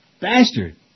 Bastard